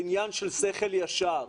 זה עניין של שכל ישר.